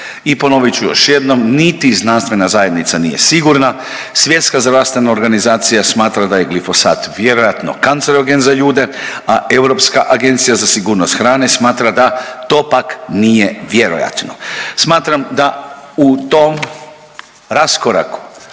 I ponovit ću još jednom, niti znanstvena zajednica nije sigurna, Svjetska zdravstvena organizacija smatra da je glifosat vjerojatno kancerogen za ljude, a Europska agencija za sigurnost hrane smatra da to pak nije vjerojatno. Smatram da u tom raskoraku